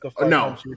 No